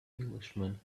englishman